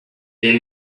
they